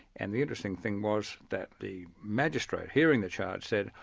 and the interesting thing was that the magistrate hearing the charge said,